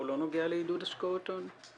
הוא לא נוגע לעידוד השקעות הון.